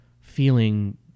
feeling